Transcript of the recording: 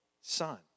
son